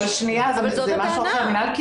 אבל זאת הטענה.